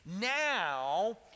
Now